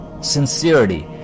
sincerity